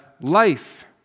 life